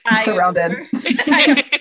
Surrounded